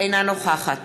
אינה נוכחת